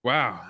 Wow